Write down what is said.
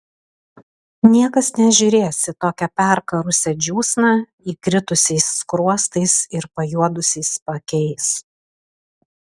niekas nežiūrės į tokią perkarusią džiūsną įkritusiais skruostais ir pajuodusiais paakiais